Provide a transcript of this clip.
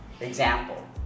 example